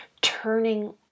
turning